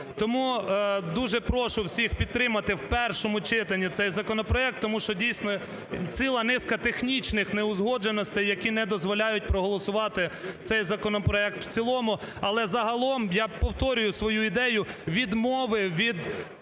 Тому дуже прошу всіх підтримати в першому читанні цей законопроект. Тому що, дійсно, ціла низка технічних неузгодженостей, які не дозволяють проголосувати цей законопроект у цілому. Але загалом, я повторюю свою ідею, відмови від